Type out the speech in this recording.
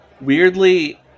Weirdly